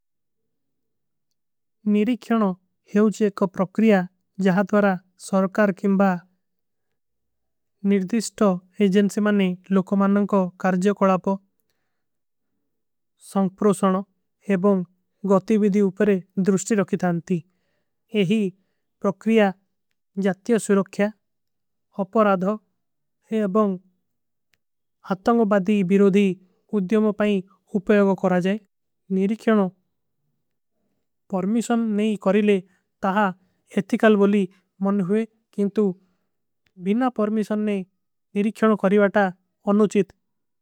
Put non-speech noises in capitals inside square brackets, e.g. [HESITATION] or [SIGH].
ନିରିକ୍ଯନୋଂ ହେଵଚ ଏକ ପ୍ରକ୍ରିଯା ଜହାଂ ତୋରା ସରକାର କେଂବା ନିର୍ଦିଷ୍ଟୋଂ। ଏଜଂସେ ମନେ ଲୋକୋମାନନ କୋ କରଜଯ କୋଡାପୋ ସଂକ୍ପ୍ରୋଶନୋଂ ଏବଂଗ। ଗତିଵିଦୀ ଉପରେ ଦ୍ରୁଷ୍ଟୀ ରଖି ଥାନତୀ। ଯହୀ ପ୍ରକ୍ରିଯା ଜତ୍ଯ ସ୍ଵିରୋଖ୍ଯା। ଅପରାଦଖ ଏବଂଗ [HESITATION] ହାତ୍ତଂଗବାଦୀ ବିରୋଧୀ ଉଦ୍ଯୋଂପାଈ। ଉପଯୋଗ କରାଜେ ନିରିକ୍ଯନୋଂ। ପର୍ମିଶନ ନହୀଂ କରିଲେ ତହା ଏଥିକଲ। ବୋଲୀ ମନ ହୁଏ କିଂଟୁ ବିନା ପର୍ମିଶନ ନେ ନିରିକ୍ଯନୋଂ କରିଵା ତା ଅନୁଚିତ।